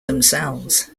themselves